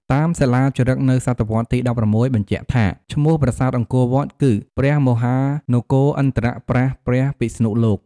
តាមសិលាចារឹកនៅសតវត្សទី១៦បញ្ជាក់ថា ឈ្មោះប្រាសាទអង្គរវត្តគឺ ព្រះមហានគរឥន្រ្ទប្រ័ស្ថព្រះពិស្ណុលោក។